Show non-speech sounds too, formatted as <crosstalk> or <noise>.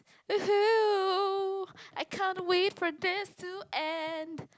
<laughs> I can't wait for this to end